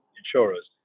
insurers